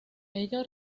ello